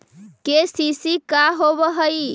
KCC का होव हइ?